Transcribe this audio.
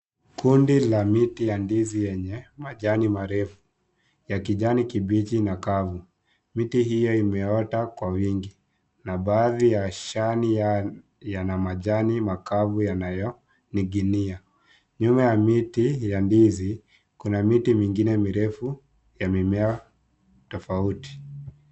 Kundi la miti ya ndizi lenye majani marefu ya kijani kibichi na kahawia. Miti hii imeota kwa wingi na baadhi ya shani yana majani makavu yanayoninginia. Nyuma ya miti ya ndizi kuna miti mingine mirefu ya mimea tofauti.